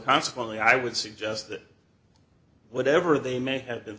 consequently i would suggest that whatever they may have